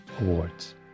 awards